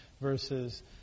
versus